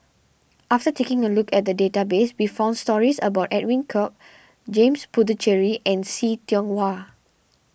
after taking a look at the database we found stories about Edwin Koek James Puthucheary and See Tiong Wah